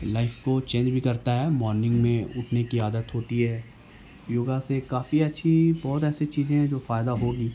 life کو change بھی کرتا ہے مارننگ میں اٹھنے کی عادت ہوتی ہے یوگا سے کافی اچھی بہت ایسی چیزیں ہیں جو فائدہ ہوگی